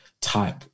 type